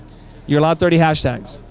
you're allowed thirty hashtags.